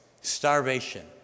starvation